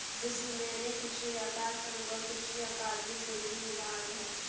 विश्व में अनेक कृषि व्यापर संघ और कृषि अकादमिक डिग्री विभाग है